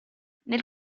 nel